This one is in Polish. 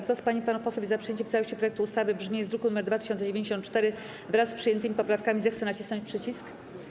Kto z pań i panów posłów jest za przyjęciem w całości projektu ustawy w brzmieniu z druku nr 2094, wraz z przyjętymi poprawkami, zechce nacisnąć przycisk.